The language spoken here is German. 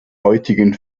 heutigen